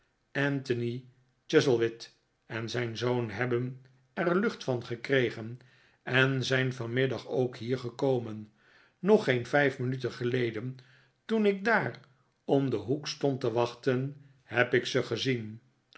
anthony chuzzlewit en zijn zoon hebben er de lucht van gekregen en zijn vanmiddag ook hier gekomen nog geen vijf minuten geleden toen ik daar om den hoek stond te wachten heb ik ze gezien